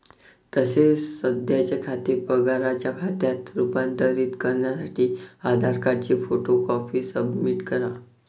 तसेच सध्याचे खाते पगाराच्या खात्यात रूपांतरित करण्यासाठी आधार कार्डची फोटो कॉपी सबमिट करा